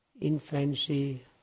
infancy